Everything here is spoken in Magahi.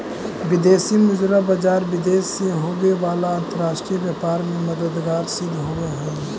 विदेशी मुद्रा बाजार विदेश से होवे वाला अंतरराष्ट्रीय व्यापार में मददगार सिद्ध होवऽ हइ